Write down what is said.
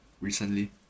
recently